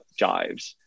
jives